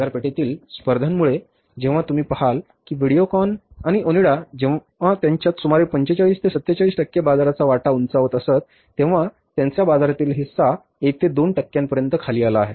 बाजारपेठेतील स्पर्धांमुळे जेव्हा तुम्ही पहाल की व्हिडिओकॉन आणि ओनिडा जेव्हा त्यांच्यात सुमारे 45 ते 47 टक्के बाजाराचा वाटा उंचावत असत तेव्हा त्यांचा बाजारातील हिस्सा 1 ते 2 टक्क्यांपर्यंत खाली आला आहे